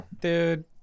Dude